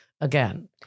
again